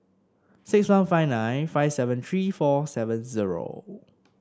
six one five nine five seven three four seven zero